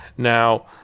Now